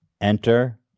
Enter